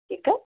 ठीकु आहे